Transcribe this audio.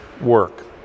work